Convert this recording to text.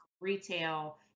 retail